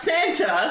Santa